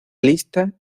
lista